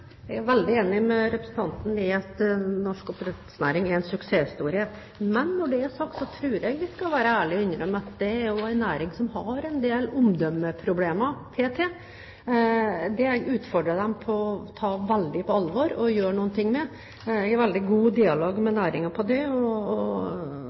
Jeg er veldig enig med representanten i at norsk oppdrettsnæring er en suksesshistorie. Men når det er sagt, tror jeg vi skal være ærlige og innrømme at det er også er en næring som har en del omdømmeproblemer for tiden. Det har jeg utfordret dem til å ta veldig på alvor og gjøre noe med. Jeg er i veldig god dialog med